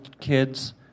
kids